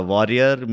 Warrior